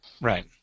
Right